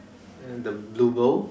and the blue bowl